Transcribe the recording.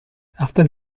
after